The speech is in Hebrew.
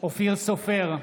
אופיר סופר,